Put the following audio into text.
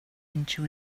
into